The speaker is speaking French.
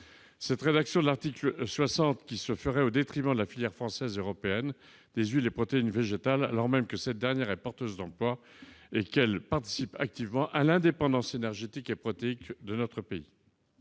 Cette rédaction de l'article 60, qui se ferait au détriment de la filière française et européenne des huiles et protéines végétales, alors même que cette dernière est porteuse d'emplois et qu'elle participe activement à l'indépendance énergétique et protéique de notre pays,